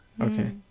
okay